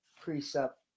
precept